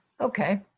Okay